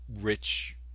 rich